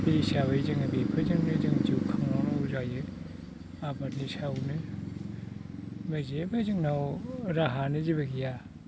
बे हिसाबै जोङो बेफोरजोंनो जों जिउ खांलांनांगौ जायो आबादनि सायावनो ओमफ्राय जेबो जोंनाव राहायानो जेबो गैया